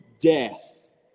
death